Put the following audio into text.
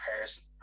person